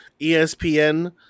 ESPN